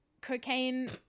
cocaine